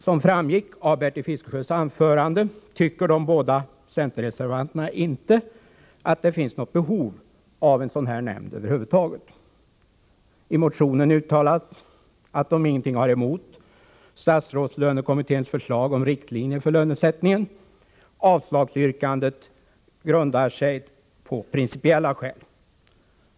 Som framgått av Bertil Fiskesjös anförande tycker de båda centerreservanterna inte att det finns något behov av en statsrådslönenämnd över huvud taget. I motionen uttalas att de ingenting har emot statsrådslönekommitténs förslag om riktlinjer för lönesättningen. Avslagsyrkandet grundar sig på principiella skäl.